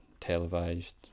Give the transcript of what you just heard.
televised